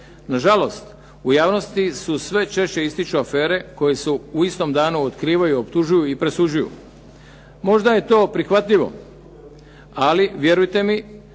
Nažalost u javnosti se sve češće ističu afere kojim se u istom danu otkrivaju i optužuju i presuđuju. Možda je to prihvatljivo, ali vjerujte mi